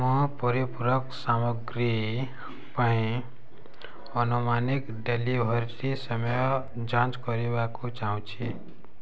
ହଁ ପରିପୂରକ ସାମଗ୍ରୀ ପାଇଁ ଆନୁମାନିକ ଡେଲିଭରି ସମୟ ଯାଞ୍ଚ କରିବାକୁ ଚାହୁଁଛି